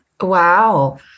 Wow